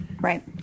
right